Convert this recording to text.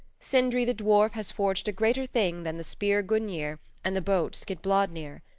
sindri the dwarf has forged a greater thing than the spear gungnir and the boat skidbladnir.